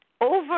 over